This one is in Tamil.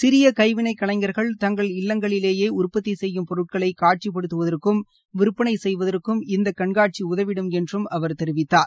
சிறிய கைவினைக் கல்ஞர்கள் தங்கள் இல்லங்களிலேயே உற்பத்தி செய்யும் பொருட்களை காட்சிப்படுத்துவதற்கும் விற்பனை செய்வதற்கும் இந்த கண்காட்சி உதவிடும் என்றும் அவர் தெரிவித்தார்